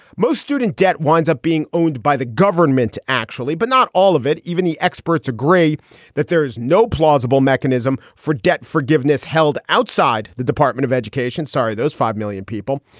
most student debt winds up being owned by the government actually, but not all of it. even the experts agree that there is no plausible mechanism for debt forgiveness held outside the department of education. sorry. those five million people.